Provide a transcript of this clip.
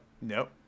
Nope